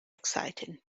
exciting